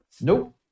Nope